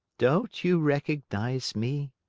don't you recognize me?